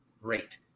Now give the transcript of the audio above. rate